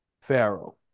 Pharaoh